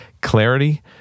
clarity